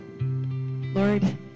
Lord